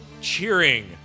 cheering